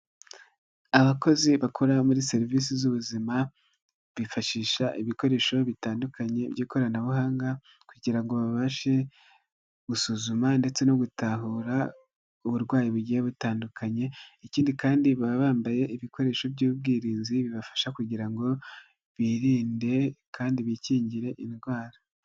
Abakozi bakora muri serivisi z'ubuzima bifashisha ibikoresho bitandukanye by'ikoranabuhanga kugira ngo babashe gusuzuma ndetse no gutahura uburwayi bugiye butandukanye, ikindi kandi baba bambaye ibikoresho by'ubwirinzi bibafasha kugira ngo birinde kandi bikingire indwara.